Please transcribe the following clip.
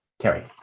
Carrie